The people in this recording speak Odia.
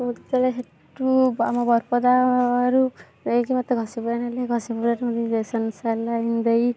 ମୁଁ ଯେତେବେଳେ ହେଠୁ ଆମ ବରପଡ଼ଦାରୁ ଦେଇକି ମତେ ଘଷିପୁରା ନେଲେ ଘଷିପୁରାରୁ ମତେ ଇଞ୍ଜେକ୍ସନ ସାଲାଇନ ଦେଇ